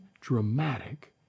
dramatic